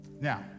Now